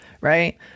right